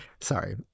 Sorry